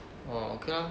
orh okay lor